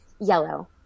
Yellow